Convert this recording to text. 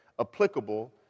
applicable